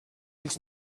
ells